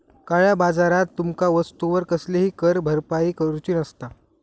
काळया बाजारात तुमका वस्तूवर कसलीही कर भरपाई करूची नसता